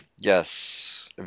Yes